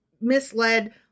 misled